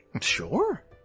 Sure